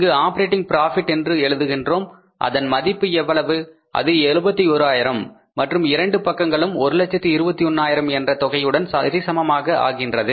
இங்கு operating profit என்று எழுதுகின்றோம் அதன் மதிப்பு எவ்வளவு அது 71000 மற்றும் 2 பக்கங்களும் 121000 என்ற தொகையுடன் சரிசமமாக ஆகின்றது